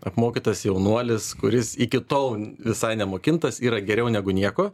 apmokytas jaunuolis kuris iki tol visai nemokintas yra geriau negu nieko